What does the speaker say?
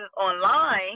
online